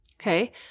okay